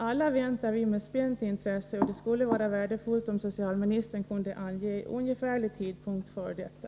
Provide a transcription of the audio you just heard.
Alla väntar vi med spänt intresse, och det skulle vara värdefullt om socialministern kunde ange ungefärlig tidpunkt för detta.